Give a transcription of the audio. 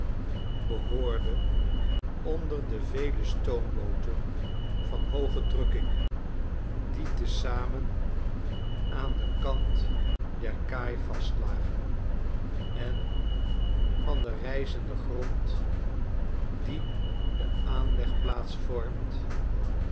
behoorde onder de vele stoombooten van hooge drukking die te zamen aan den kant der kaai vastlagen en van denrijzenden grond dien de aanlegplaats vormt